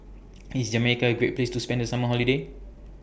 IS Jamaica A Great Place to spend The Summer Holiday